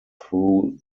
through